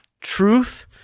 truth